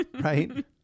right